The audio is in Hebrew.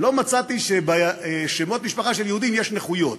לא מצאתי שבשמות משפחה של יהודים יש נכויות.